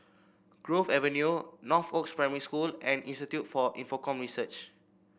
Grove Avenue Northoaks Primary School and Institute for Infocomm Search